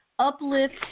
Uplift